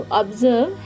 observe